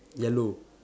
yellow